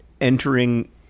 entering